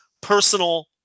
personal